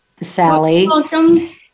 Sally